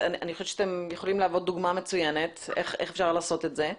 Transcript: שאתם יכולים להוות דוגמה מצוינת איך אפשר לעשות את זה,